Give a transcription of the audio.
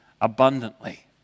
abundantly